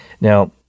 Now